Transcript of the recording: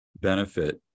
benefit